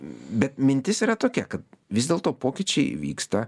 bet mintis yra tokia kad vis dėlto pokyčiai vyksta